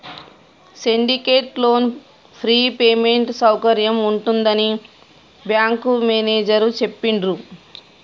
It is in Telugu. సిండికేట్ లోను ఫ్రీ పేమెంట్ సౌకర్యం ఉంటుందని బ్యాంకు మేనేజేరు చెప్పిండ్రు